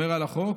אומר על החוק: